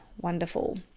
wonderful